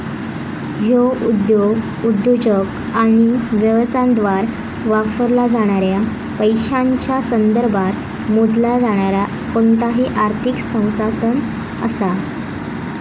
ह्या उद्योजक आणि व्यवसायांद्वारा वापरला जाणाऱ्या पैशांच्या संदर्भात मोजला जाणारा कोणताही आर्थिक संसाधन असा